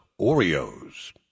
Oreos